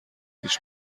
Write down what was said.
هیچ